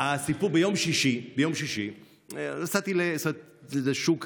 ביום שישי נסעתי לשוק,